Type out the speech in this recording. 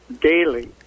daily